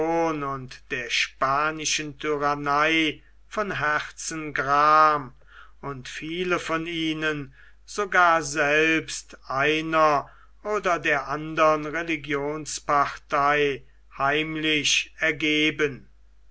und der spanischen tyrannei von herzen gram und viele von ihnen sogar selbst einer oder der andern religionspartei heimlich ergeben